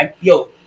Yo